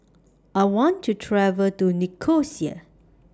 I want to travel to Nicosia